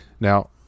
now